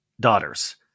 daughters